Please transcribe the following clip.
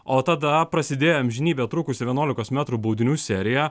o tada prasidėjo amžinybę trukusių vienuolikos metrų baudinių serija